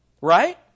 right